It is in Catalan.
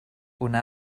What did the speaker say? una